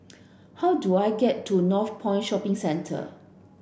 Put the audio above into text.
how do I get to Northpoint Shopping Centre